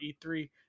e3